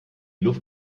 luft